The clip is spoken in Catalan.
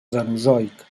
cenozoic